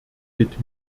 mit